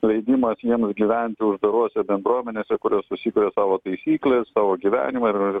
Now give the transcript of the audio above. leidimas jiems gyventi uždarose bendruomenėse kurios susikuria savo taisykles savo gyvenimą ir